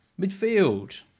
Midfield